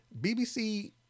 BBC